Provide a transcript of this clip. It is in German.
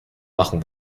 machen